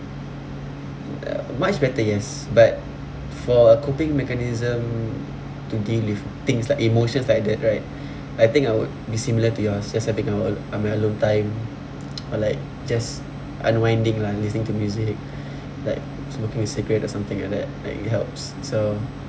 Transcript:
uh much better yes but for a coping mechanism to deal with things like emotions like that right I think I would be similar to yours just having our I mean alone time or like just unwinding lah listening to music like smoking a cigarette or something like that like it helps so